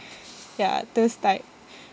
ya those type